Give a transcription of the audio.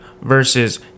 versus